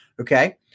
Okay